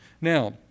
Now